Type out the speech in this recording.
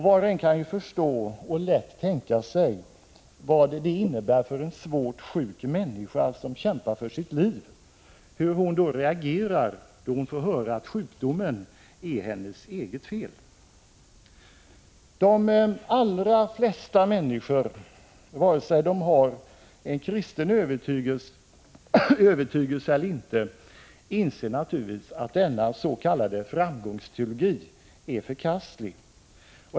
Var och en kan lätt tänka sig vad det innebär för en svårt sjuk människa, som kanske kämpar för sitt liv, att få höra att det är hennes eget fel att hon är sjuk. De allra flesta människor — vare sig de har en kristen övertygelse eller inte — inser naturligtvis att denna s.k. framgångsteologi är förkastlig.